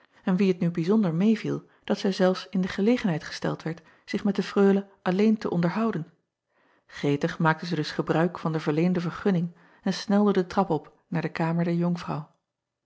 en wie het nu bijzonder meêviel dat zij zelfs in de gelegenheid gesteld werd zich met de reule alleen te onderhouden retig maakte zij dus gebruik van de verleende vergunning en snelde de trap op naar de kamer der onkvrouw